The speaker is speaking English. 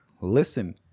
Listen